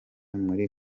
muri